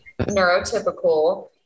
neurotypical